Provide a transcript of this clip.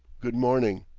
good morning.